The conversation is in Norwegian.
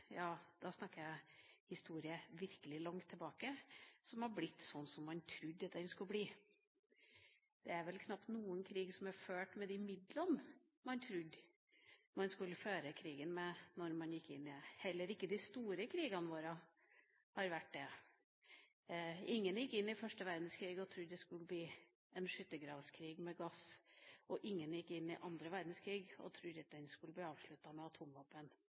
da snakker jeg om historie virkelig langt tilbake – som har blitt slik som man trodde at den skulle bli. Det er vel knapt noen krig som er ført med de midlene man trodde man skulle føre krigen med, da man gikk inn. Heller ikke i de store krigene våre har det vært slik. Ingen gikk inn i første verdenskrig og trodde at den skulle bli en skyttergravskrig med gass, og ingen gikk inn i annen verdenskrig og trodde at den skulle bli avsluttet med